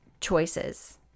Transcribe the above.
choices